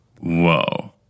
Whoa